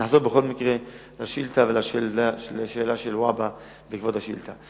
אני חוזר לשאילתא ולשאלה של חבר הכנסת והבה בעקבות השאילתא.